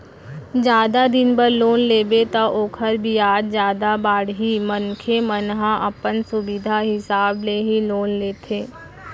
जादा दिन बर लोन लेबे त ओखर बियाज जादा बाड़ही मनखे मन ह अपन सुबिधा हिसाब ले ही लोन लेथे